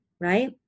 Right